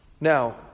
Now